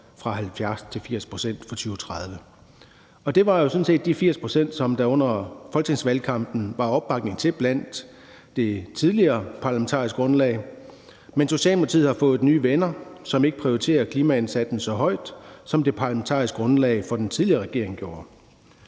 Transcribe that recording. fra 70 pct. til 80 pct. for 2030. Det var jo sådan set de 80 pct., som der under folketingsvalgkampen var opbakning til blandt det tidligere parlamentariske grundlag, men Socialdemokratiet har fået nye venner, som ikke prioriterer klimaindsatsen så højt, som det parlamentariske grundlag for den tidligere regering gjorde.